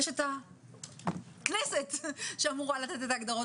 יש את הכנסת שאמורה לתת את ההגדרות.